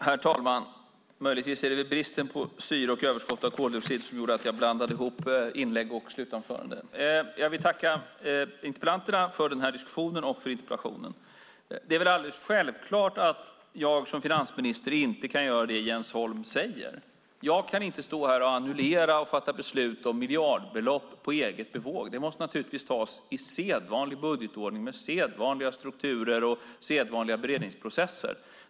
Herr talman! Möjligtvis var det bristen på syre och överskottet av koldioxid som gjorde att jag blandade ihop inlägg och slutanförande. Jag tackar interpellanten med flera för interpellationen och diskussionen. Det är självklart att jag som finansminister inte kan göra det Jens Holm säger. Jag kan inte annullera och fatta beslut om miljardbelopp på eget bevåg. Det måste tas i sedvanlig budgetordning med sedvanliga strukturer och beredningsprocesser.